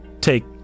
take